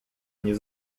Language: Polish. mnie